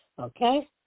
okay